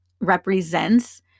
represents